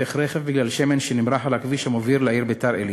התהפך רכב בגלל שמן שנמרח על הכביש המוביל לעיר ביתר-עילית,